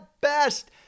best